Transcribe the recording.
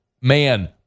man